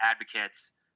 advocates